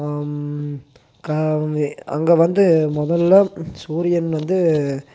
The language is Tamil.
அங்கே வந்து முதல்ல சூரியன் வந்து